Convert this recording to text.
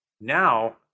now